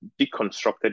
deconstructed